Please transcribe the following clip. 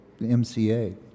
MCA